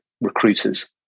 recruiters